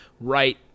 right